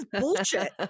Bullshit